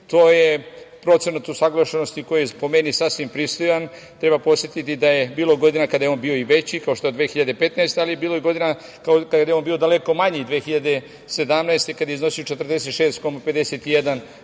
To je procenat usaglašenosti koji je po meni sasvim pristojan. Treba podsetiti da je bilo godina kada je on bio i veći, kao što je 2015. godine, ali bilo je godina kada je on bio daleko manji 2017. godine, kada je iznosio 46,51%.Zašto